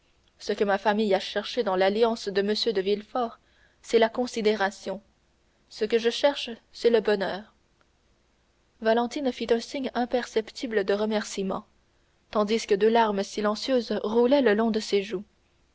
ce que ma famille a recherché dans l'alliance de m de villefort c'est la considération ce que je recherche c'est le bonheur valentine fit un signe imperceptible de remerciement tandis que deux larmes silencieuses roulaient le long de ses joues